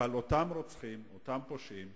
אבל אותם רוצחים, אותם פושעים,